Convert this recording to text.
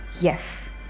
Yes